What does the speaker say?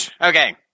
Okay